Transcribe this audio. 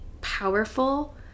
powerful